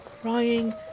crying